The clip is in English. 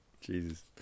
Jesus